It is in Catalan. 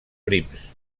prims